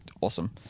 awesome